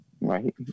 Right